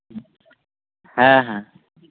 ᱦᱮᱸ ᱦᱮᱸ